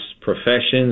professions